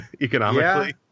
economically